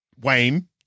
Wayne